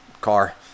car